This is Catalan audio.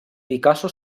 picasso